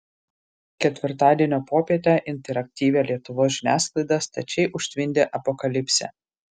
ketvirtadienio popietę interaktyvią lietuvos žiniasklaidą stačiai užtvindė apokalipsė